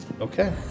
Okay